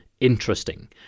interesting